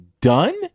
done